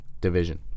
division